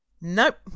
Nope